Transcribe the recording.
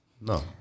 No